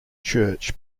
church